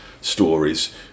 stories